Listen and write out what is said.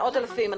מאות אלפים,